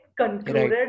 concluded